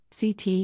CT